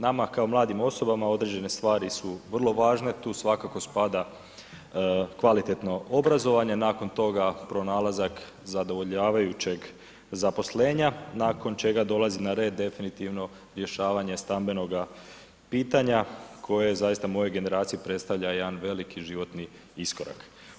Nama kao mladim osobama određene stvari su vrlo važne, tu svakako spada kvalitetno obrazovanje, nakon toga pronalazak zadovoljavajućeg zaposlenja nakon čega dolazi na red definitivno rješavanje stambenoga pitanja koje zaista mojoj generaciji predstavlja jedan veliki životni iskorak.